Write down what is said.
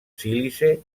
sílice